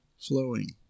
flowing